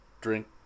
drink